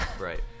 Right